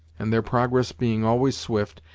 and, their progress being always swift,